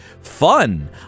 fun